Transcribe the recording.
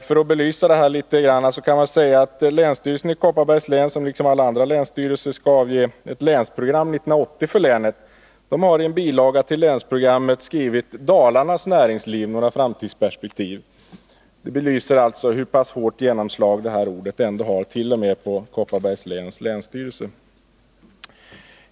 För att ytterligare belysa detta kan sägas att länsstyrelsen i Kopparbergs län, liksom alla andra länsstyrelser, skall avge ett länsprogram, Länsprogram 80. I en bilaga till länsprogrammet har man skrivit: Dalarnas näringsliv — några framtidsperspektiv. Det belyser alltså hur pass starkt det här ordet slår igenom t.o.m. hos länsstyrelsen i Kopparbergs län.